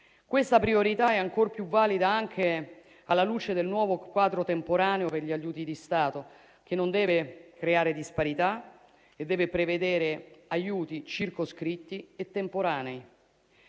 Questa priorità è ancor più valida anche alla luce del nuovo quadro temporaneo per gli aiuti di Stato, che non deve creare disparità e deve prevedere aiuti circoscritti e temporanei.